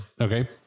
Okay